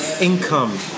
income